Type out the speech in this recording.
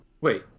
wait